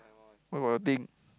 where got the thing